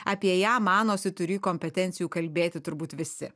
apie ją manosi turį kompetencijų kalbėti turbūt visi